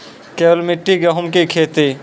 केवल मिट्टी गेहूँ की खेती?